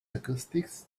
acoustics